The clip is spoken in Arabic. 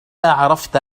عرفت